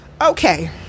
Okay